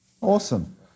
Awesome